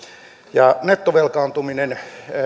ja se että nettovelkaantuminen